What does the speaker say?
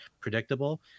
predictable